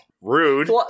rude